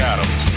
Adams